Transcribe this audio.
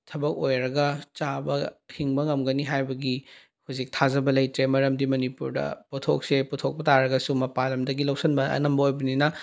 ꯊꯕꯛ ꯑꯣꯏꯔꯒ ꯆꯥꯕ ꯍꯤꯡꯕ ꯉꯝꯒꯅꯤ ꯍꯥꯏꯕꯒꯤ ꯍꯧꯖꯤꯛ ꯊꯥꯖꯕ ꯂꯩꯇ꯭ꯔꯦ ꯃꯔꯝꯗꯤ ꯃꯅꯤꯄꯨꯔꯗ ꯄꯣꯠꯊꯣꯛꯁꯦ ꯄꯨꯊꯣꯛꯄ ꯇꯥꯔꯒꯁꯨ ꯃꯄꯥꯟ ꯂꯝꯗꯒꯤ ꯂꯧꯁꯟꯕ ꯑꯅꯝꯕ ꯑꯣꯏꯕꯅꯤꯅ